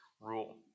rule